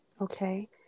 Okay